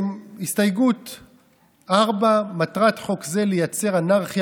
הסתייגות 4: מטרת חוק זה לייצר אנרכיה